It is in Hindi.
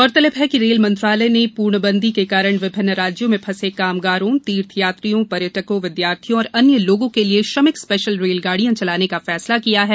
गौरतलब है कि रेल मंत्रालय ने पूर्णबंदी के कारण विभिन्न राज्यों में फंसे कामगारों तीर्थ यात्रियों पर्यटकों विदयार्थियों और अन्य लोगों के लिए से श्रमिक स्पेशल रेलगाड़ियां चलाने का फैसला किया है